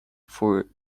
for